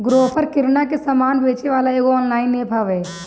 Grofer किरणा के सामान बेचेवाला एगो ऑनलाइन एप्प हवे